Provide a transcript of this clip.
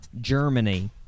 Germany